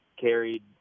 carried